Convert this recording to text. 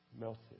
melted